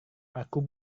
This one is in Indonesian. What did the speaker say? aku